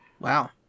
Wow